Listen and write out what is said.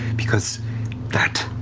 because that.